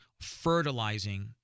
fertilizing